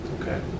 Okay